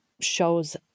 shows